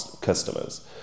customers